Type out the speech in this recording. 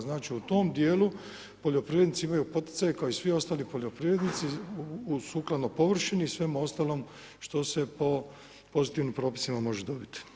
Znači u tom dijelu poljoprivrednici imaju poticaj kao i svi ostali poljoprivrednici sukladno površini i svemu ostalom što se po pozitivnim propisima može dobiti.